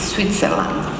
Switzerland